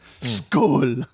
School